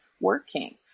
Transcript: working